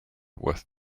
with